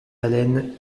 allen